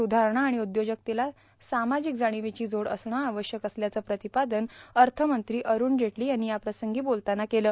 सुधारणा आणि उद्योजकतेला सामाजिक जाणीवेची जोड असणं आवश्यक असल्याचं प्रतिपादन अर्थमंत्री अरूण जेटली यांनी याप्रसंगी बोलताना केलं